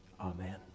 amen